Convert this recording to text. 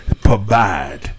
provide